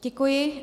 Děkuji.